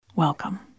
Welcome